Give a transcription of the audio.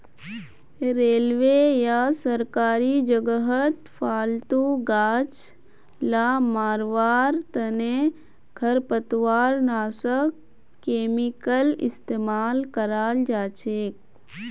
railway या सरकारी जगहत फालतू गाछ ला मरवार तने खरपतवारनाशक केमिकल इस्तेमाल कराल जाछेक